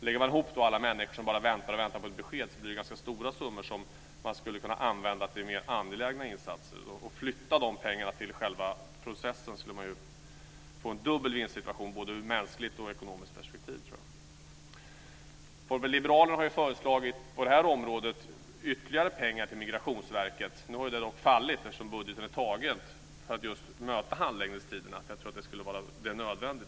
Lägger man då ihop alla människor som bara väntar och väntar på besked, blir det ganska stora summor som skulle kunna användas till mer angelägna insatser. Om man flyttade över pengarna till själva processen, skulle man få en dubbel vinstsituation både ur mänskligt och ur ekonomiskt perspektiv, tror jag. Folkpartiet liberalerna har på det här området föreslagit ytterligare pengar till Integrationsverket - förslaget har dock fallit eftersom budgeten är beslutad - för att just minska handläggningstiderna. Jag tror att det skulle vara nödvändigt.